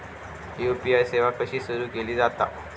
UPI सेवा कशी सुरू केली जाता?